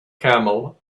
camel